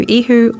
ihu